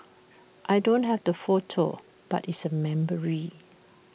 I don't have the photo but it's A memory